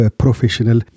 professional